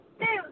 two